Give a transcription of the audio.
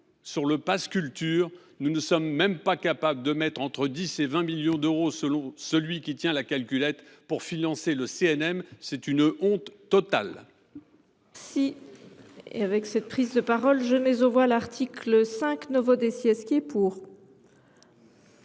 pour le pass Culture, que nous ne soyons pas capables de trouver entre 10 et 20 millions d’euros, selon celui qui tient la calculette, pour financer le CNM, c’est une honte totale